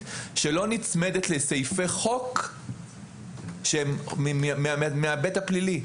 שלא נצמדת לסעיפי חוק שהם מההיבט הפלילי,